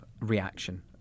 reaction